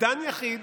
דן יחיד,